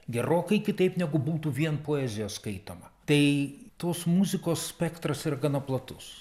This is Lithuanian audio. gerokai kitaip negu būtų vien poezija skaitoma tai tos muzikos spektras yra gana platus